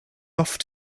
off